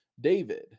David